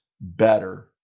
better